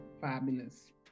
fabulous